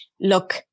Look